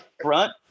front